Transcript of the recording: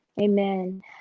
Amen